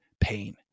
pain